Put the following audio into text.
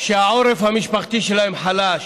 שהעורף המשפחתי שלהם חלש,